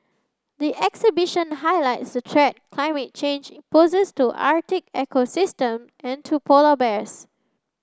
the exhibition highlights threat climate change poses to Arctic ecosystem and to polar bears